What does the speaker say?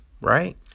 right